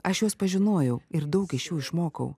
aš juos pažinojau ir daug iš jų išmokau